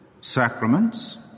sacraments